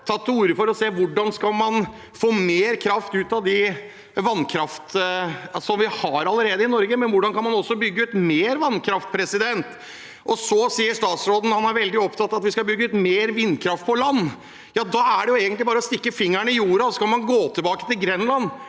til orde for å se på hvordan man skal få mer kraft ut av den vannkraften vi allerede har i Norge, og også hvordan man kan bygge ut mer vannkraft. Statsråden sier at han er veldig opptatt av at vi skal bygge ut mer vindkraft på land, og da er det egentlig bare å stikke fingeren i jorden, og så kan man gå tilbake til Grenland.